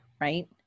right